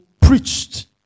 preached